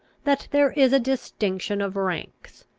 that there is a distinction of ranks.